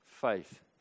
faith